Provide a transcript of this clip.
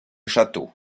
château